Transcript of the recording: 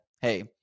hey